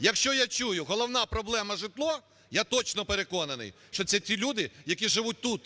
якщо я чую "головна проблема – житло", я точно переконаний, що це ті люди, які живуть тут.